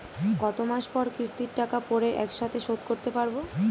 কত মাস পর কিস্তির টাকা পড়ে একসাথে শোধ করতে পারবো?